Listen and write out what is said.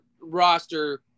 roster